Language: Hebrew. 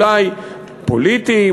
אולי פוליטיים,